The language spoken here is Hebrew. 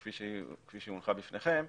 כפי שהיא הונחה בפניכם.